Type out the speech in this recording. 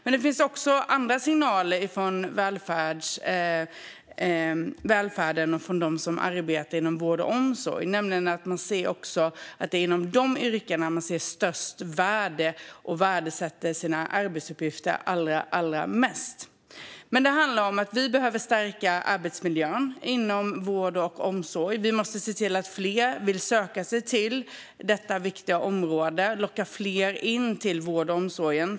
Men det finns också andra signaler från välfärden och dem som arbetar inom vård och omsorg; det är nämligen inom dessa yrken man ser störst värde och värdesätter sina arbetsuppgifter allra mest. Detta handlar om att vi behöver stärka arbetsmiljön inom vård och omsorg. Vi måste se till att fler vill söka sig till detta viktiga område och locka fler till vården och omsorgen.